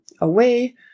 away